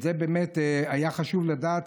את זה היה חשוב לדעת,